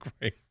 great